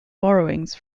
borrowings